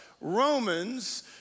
Romans